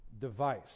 device